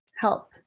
help